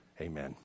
Amen